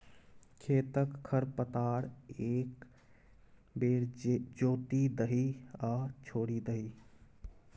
खेतक खर पतार एक बेर जोति दही आ छोड़ि दही